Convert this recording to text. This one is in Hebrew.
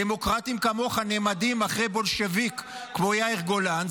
שדמוקרטים כמוך נעמדים אחרי בולשביק כמו יאיר גולן,